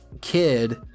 kid